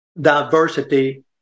diversity